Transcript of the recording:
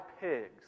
pigs